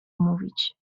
mówić